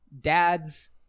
Dad's